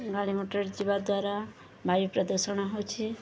ଗାଡ଼ି ମଟର ଯିବା ଦ୍ୱାରା ବାୟୁ ପ୍ରଦୂଷଣ ହେଉଛି